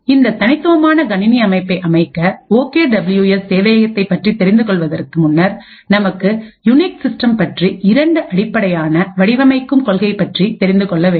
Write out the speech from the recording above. இந்த தனித்துவமான கணினி அமைப்பை அமைக்க ஓகே டபிள்யூ எஸ் சேவையகத்தை பற்றித் தெரிந்து கொள்வதற்கு முன்னர் நமக்கு யூனிக்ஸ் சிஸ்டம் பற்றிய இரண்டு அடிப்படையான வடிவமைக்கும் கொள்கையைப் பற்றி தெரிந்து கொள்ள வேண்டும்